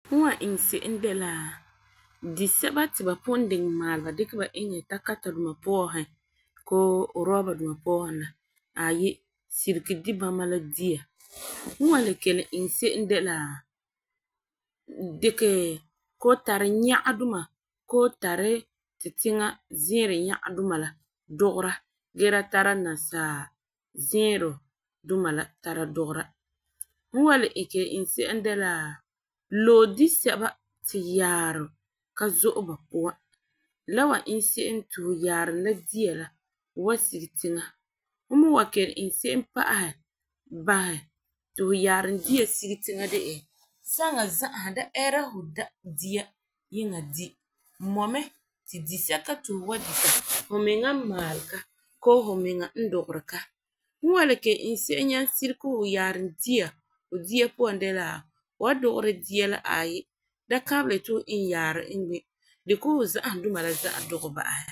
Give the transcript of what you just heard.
Fu wan iŋɛ se'em de la, disɛba pugum diŋɛ maalɛ mɛ ba dikɛ ba iŋɛ takata duam puan koo uruba duma puan la, aayi sirige dibama la dia. Hu wan le kelum iŋɛ se'em de la dikɛ koo tari nyaga duma koo tari tu tiŋa zɛɛrɔ nyaga duma la dugera gee da tara nasaa zɛɛrɔ duma la tara dugera. Hu wan le kelum iŋɛ se'em de la lo'e disɛba ti yaarum ka zo'e ba puan la wan iŋɛ se'em ti fu yaarum la dia la wan sige tiŋa. Fu wan le kelum iŋɛ se'em pa'asɛ basɛ ti fu yaarum dia sige tiŋa de la ya saŋa za'a da eera fu da dia yiŋa di mɔ mɛ ti disɛka ti fu bɔta fumiŋa maalɛ ka koo fumiŋa dugɛ ka. Fu was le kelum iŋɛ se'em nyaŋɛ sirege fu yaarum dia fu dia puan de la fu san dugera dia, aayi da kabelɛ ti fu iŋɛ yaarum iŋɛ dia la puan, dikɛ fu za'ahum duma la za'a dugɛ ba'asɛ.